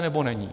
Nebo není?